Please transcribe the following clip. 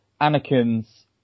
Anakin's